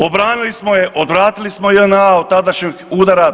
Obranili smo je odvratili smo JNA od tadašnjeg udara.